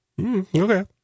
Okay